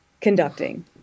conducting